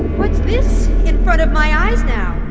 what's this in front of my eyes now?